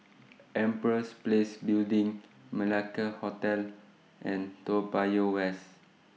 Empress Place Building Malacca Hotel and Toa Payoh West